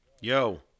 Yo